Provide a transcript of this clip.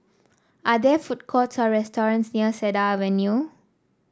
are there food courts or restaurants near Cedar Avenue